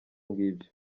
ngibyo